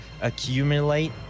accumulate